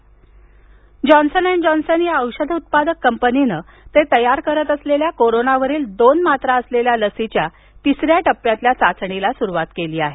Johnson and Johnson लस Johnson and Johnson या औषध उत्पादक कंपनीनं ते तयार करत असलेल्या कोरोनावरील दोन मात्रा असलेल्या लसीच्या तिसऱ्या टप्प्यातील चाचणीला सुरुवात केली आहे